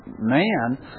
man